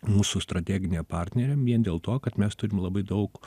mūsų strateginė partnerė vien dėl to kad mes turim labai daug